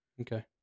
Okay